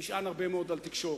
נשען הרבה על תקשורת.